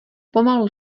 pomalu